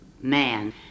man